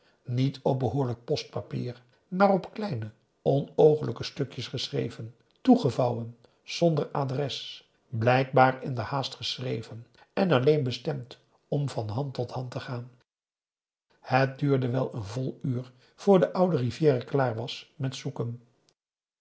niet op behoorlijk postpapier maar op kleine onooglijke stukjes geschreven toegevouwen zonder adres blijkbaar inderhaast geschreven en alleen bestemd om van hand tot hand te gaan het duurde wel een vol uur voor de oude rivière klaar was met zoeken